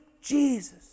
Jesus